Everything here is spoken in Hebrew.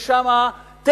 יש שם טכניקות: